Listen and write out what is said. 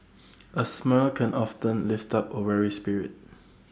A smile can often lift up A weary spirit